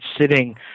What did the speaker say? sitting